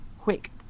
quick